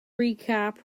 recap